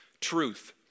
truth